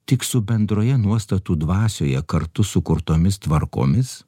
tik su bendroje nuostatų dvasioje kartu sukurtomis tvarkomis